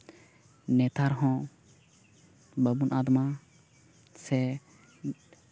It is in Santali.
ᱱᱮᱛᱟᱨ ᱦᱚᱸ ᱵᱟᱵᱚᱱ ᱟᱫᱽ ᱢᱟ ᱥᱮ